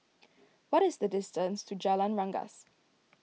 what is the distance to Jalan Rengas